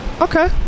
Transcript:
Okay